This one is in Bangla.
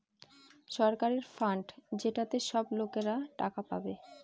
সরকারের ফান্ড যেটাতে সব লোকরা টাকা পাবে